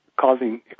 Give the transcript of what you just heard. causing